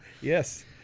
Yes